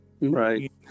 Right